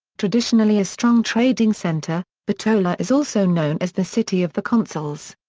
traditionally a strong trading center, bitola is also known as the city of the consuls.